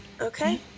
okay